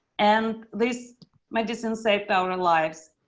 and this medicine saved our lives.